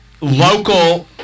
local